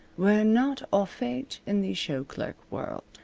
were not au fait in the shoe-clerk world.